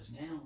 now